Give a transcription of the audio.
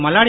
Malladi